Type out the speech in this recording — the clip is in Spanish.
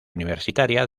universitaria